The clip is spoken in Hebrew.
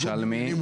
ירושלמי.